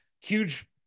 huge